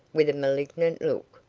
with a malignant look.